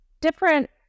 different